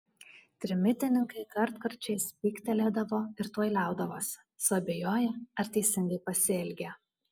trimitininkai kartkarčiais spygtelėdavo ir tuoj liaudavosi suabejoję ar teisingai pasielgė